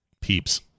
peeps